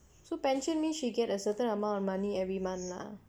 so pension means she get a certain amount of money every month lah